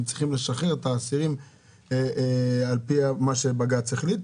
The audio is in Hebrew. צריכים לשחרר את האסירים על פי מה שבג"ץ החליט,